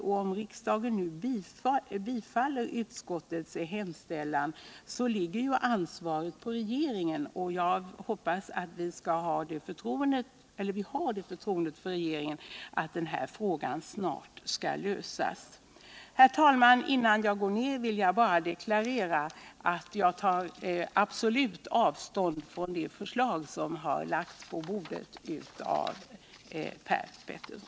Om nu riksdagen bifaller utskottets hemställan, ligger ju ansvaret på regeringen. Jag hoppas att vi har det förtroendet för regeringen att den snart skall lösa denna fråga. Herr talman! Innan jag stiger ned från denna talarstol, vill jag deklarera att jag definitivt tar avstånd från det förslag som lagts på bordet av Per Petersson.